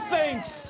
thanks